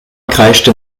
kreischte